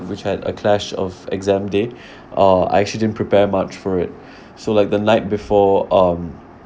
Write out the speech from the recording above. which had a clash of exam day uh I actually didn't prepare much for it so like the night before um